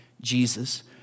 Jesus